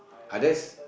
others